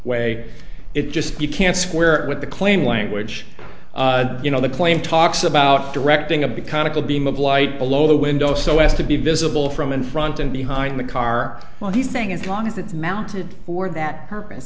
way it just you can't square with the claim language you know the claim talks about directing a big conical beam of light below the window so as to be visible from in front and behind the car well he's saying as long as it's mounted for that purpose